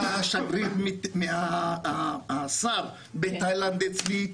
היה השגריר מטעם השר בתאילנד אצלי,